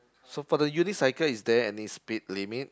so for the unicycle is there any speed limit